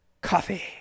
coffee